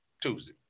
Tuesday